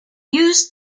used